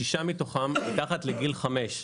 שישה מתוכם מתחת לגיל חמש,